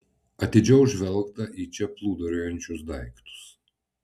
atidžiau žvelgta į čia plūduriuojančius daiktus